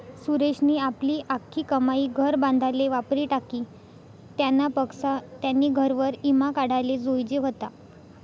सुरेशनी आपली आख्खी कमाई घर बांधाले वापरी टाकी, त्यानापक्सा त्यानी घरवर ईमा काढाले जोयजे व्हता